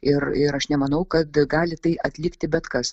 ir ir aš nemanau kad gali tai atlikti bet kas